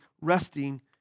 resting